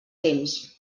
temps